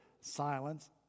silence